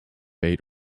eight